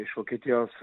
iš vokietijos